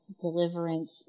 deliverance